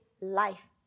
life